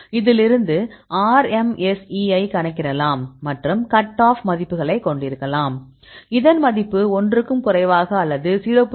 இதிலிருந்து RMSE ஐக் கணக்கிடலாம் மற்றும் கட் ஆப் மதிப்புகளைக் கொண்டிருக்கலாம் இதன் மதிப்பு 1 க்கும் குறைவாக அல்லது 0